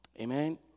Amen